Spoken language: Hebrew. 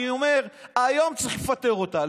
אני אומר: היום צריך לפטר אותה.